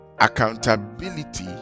accountability